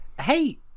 Hey